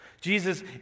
Jesus